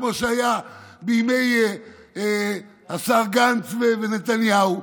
כמו שהיה בימי השר גנץ ונתניהו,